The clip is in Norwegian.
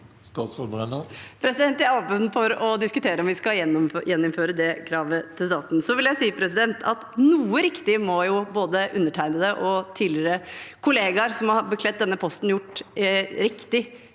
Jeg er åpen for å diskutere om vi skal gjeninnføre det kravet til staten. Så vil jeg si at noe må jo både undertegnede og tidligere kollegaer som har bekledd denne posten, ha gjort riktig